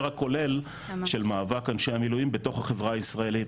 הכולל של מאבק אנשי המילואים בתוך החברה הישראלית,